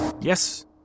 Yes